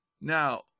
Now